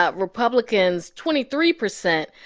ah republicans twenty three percent.